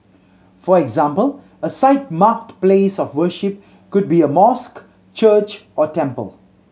for example a site marked place of worship could be a mosque church or temple